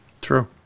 True